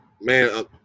man